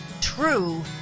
true